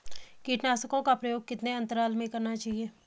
कीटनाशकों का प्रयोग कितने अंतराल में करना चाहिए?